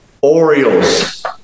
Orioles